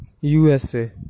USA